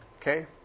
okay